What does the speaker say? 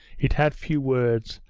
it had few words,